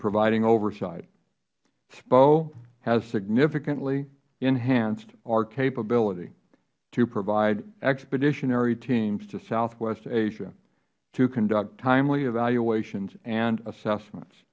providing oversight spo has significantly enhanced our capability to provide expeditionary teams to southwest asia to conduct timely evaluations and assessments